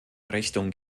richtung